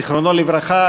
זכרו לברכה,